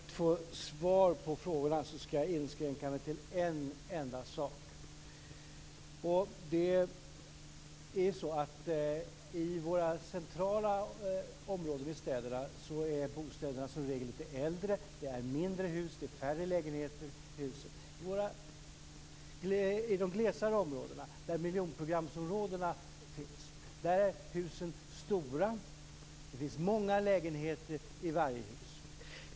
Fru talman! För att om möjligt få svar på frågorna skall jag inskränka mig till en enda sak. I våra centrala områden i städerna är bostäderna som regel lite äldre, det är mindre hus och det är färre lägenheter i husen. I de glesare områdena, där miljonprogramsområdena finns, är husen stora. Det finns många lägenheter i varje hus.